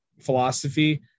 philosophy